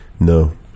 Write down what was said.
No